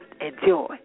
Enjoy